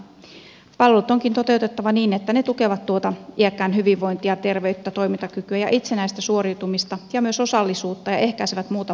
palvelut onkin toteutettava niin että ne tukevat tuota iäkkään hyvinvointia terveyttä toimintakykyä ja itsenäistä suoriutumista ja myös osallisuutta ja ehkäisevät muuta palvelutarvetta